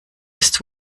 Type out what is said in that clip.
ist